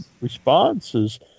responses